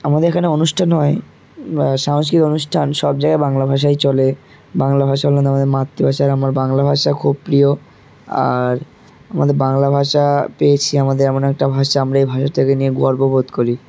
আমাদের এখানে অনুষ্ঠান হয় সাংস্কৃতিক অনুষ্ঠান সব জায়গায় বাংলা ভাষাই চলে বাংলা ভাষা হল আমাদের মাতৃভাষার আমার বাংলা ভাষা খুব প্রিয় আর আমাদের বাংলা ভাষা পেয়েছি আমাদের এমন একটা ভাষা আমরা এই ভাষা থেকে নিয়ে গর্ব বোধ করি